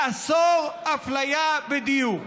לאסור אפליה בדיור.